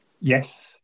Yes